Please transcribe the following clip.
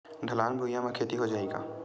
ढलान भुइयां म खेती हो जाही का?